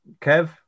Kev